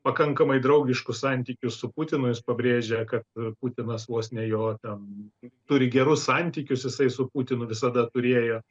pakankamai draugiškus santykius su putinu jis pabrėžia kad putinas vos ne jo ten turi gerus santykius jisai su putinu visada turėjo